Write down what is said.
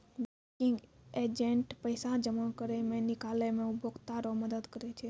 banking agent पैसा जमा करै मे, निकालै मे उपभोकता रो मदद करै छै